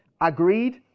agreed